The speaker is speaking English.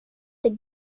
the